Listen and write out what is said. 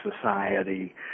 society